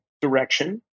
direction